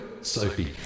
Sophie